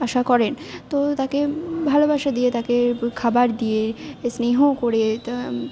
আশা করেন তো তাকে ভালোবাসা দিয়ে তাকে খাবার দিয়ে স্নেহ করে